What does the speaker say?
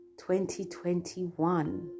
2021